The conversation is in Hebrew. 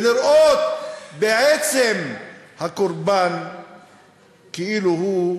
ולראות בעצם הקורבן כאילו הוא,